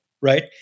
right